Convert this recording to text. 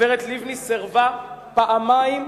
הגברת לבני סירבה פעמיים,